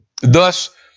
Thus